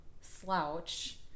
slouch